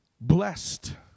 blessed